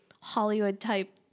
Hollywood-type